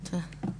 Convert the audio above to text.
תודה.